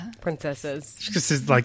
princesses